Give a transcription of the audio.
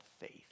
faith